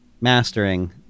mastering